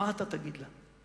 מה אתה תגיד לה?